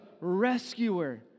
rescuer